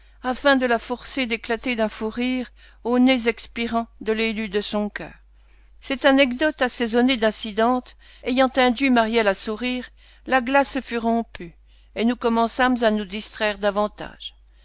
afin de la forcer d'éclater d'un fou rire au nez expirant de l'élu de son cœur cette anecdote assaisonnée d'incidentes ayant induit maryelle à sourire la glace fut rompue et nous commençâmes à nous distraire davantage